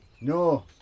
No